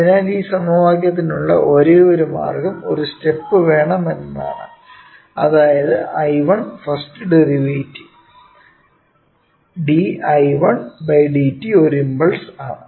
അതിനാൽ ഈ സമവാക്യത്തിനുള്ള ഒരേയൊരു മാർഗ്ഗം ഒരു സ്റ്റെപ്പ് വേണം എന്നതാണ് അതായത് I1 first derivative dI1 dt ഒരു ഇമ്പൾസ് ആണ്